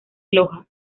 loja